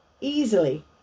easily